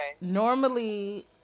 Normally